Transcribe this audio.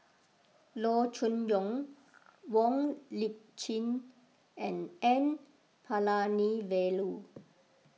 Loo Choon Yong Wong Lip Chin and N Palanivelu